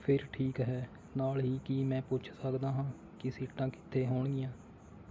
ਫਿਰ ਠੀਕ ਹੈ ਨਾਲ ਹੀ ਕੀ ਮੈਂ ਪੁੱਛ ਸਕਦਾ ਹਾਂ ਕਿ ਸੀਟਾਂ ਕਿੱਥੇ ਹੋਣਗੀਆਂ